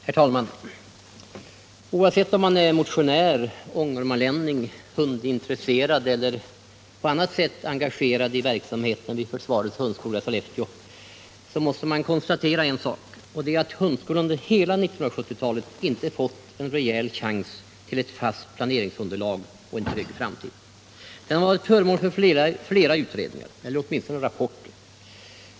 Herr talman! Oavsett om man är motionär, ångermanlänning, hundintresserad eller på annat sätt engagerad i verksamheten vid försvarets hundskola i Sollefteå, så måste man konstatera att hundskolan under hela 1970-talet inte fått en rejäl chans till ett fast planeringsunderlag och en trygg framtid. Den har varit föremål för flera utredningar, eller åtminstone rapporter.